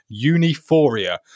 Uniforia